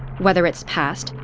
whether it's past,